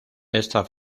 esta